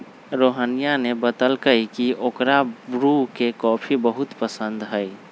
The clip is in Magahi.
रोहिनीया ने बतल कई की ओकरा ब्रू के कॉफी बहुत पसंद हई